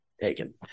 taken